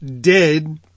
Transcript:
dead